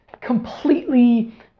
completely